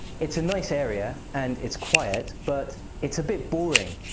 it's a nice area and it's quiet, but it's a bit boring.